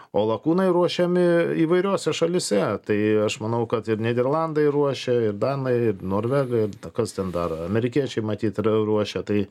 o lakūnai ruošiami įvairiose šalyse tai aš manau kad ir nyderlandai ruošia ir danai norvegai kas ten dar amerikiečiai matyt r ruošia tai